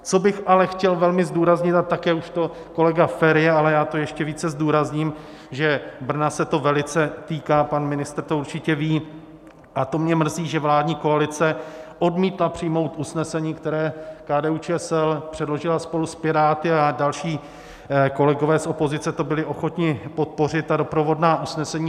Co bych ale chtěl velmi zdůraznit a také už to kolega Feri, ale já to ještě více zdůrazním že Brna se to velice týká, pan ministr to určitě ví, a to mě mrzí, že vládní koalice odmítla přijmout usnesení, které KDUČSL předložila spolu s Piráty, a další kolegové z opozice to byli ochotni podpořit, ta doprovodná usnesení.